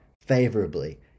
favorably